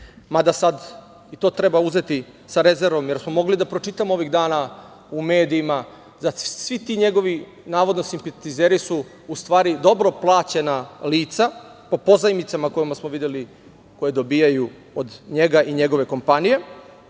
mada sad i to treba uzeti sa rezervom, jer smo mogli da pročitamo ovih dana u medijima da svi ti njegovi navodno simpatizeri su dobro plaćena lica po pozajmicama koje smo videli da dobijaju od njega i njegove kompanije.